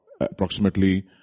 approximately